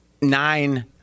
Nine